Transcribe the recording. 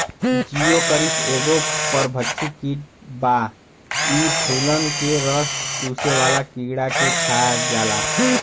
Geocoris एगो परभक्षी कीट बा इ फूलन के रस चुसेवाला कीड़ा के खा जाला